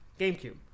GameCube